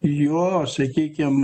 jo sakykim